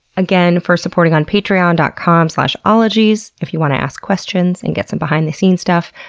again, for supporting on patreon dot com slash ologies, if you want to ask questions and get some behind-the scenes stuff.